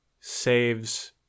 saves